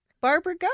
Barbara